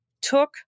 took